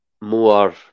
more